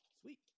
Sweet